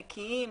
נקיים,